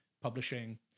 publishing